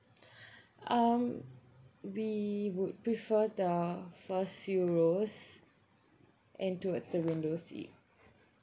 um we would prefer the first few rows and towards the window seat